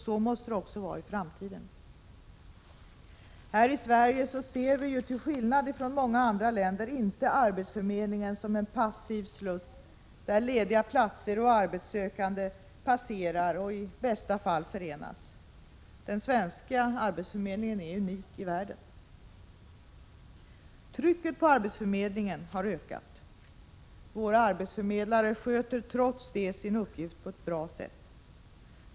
Så måste det vara också i framtiden. Här i Sverige ser vi till skillnad från många andra länder inte arbetsförmedlingen som en passiv sluss, där lediga platser och arbetssökande passerar och i bästa fall förenas. Den svenska arbetsförmedlingen är unik i världen. Trycket på arbetsförmedlingen har ökat. Våra arbetsförmedlare sköter trots det sin uppgift på ett bra sätt.